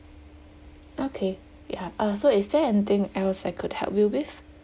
okay ya uh so is there anything else I could help you with